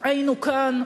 היינו כאן.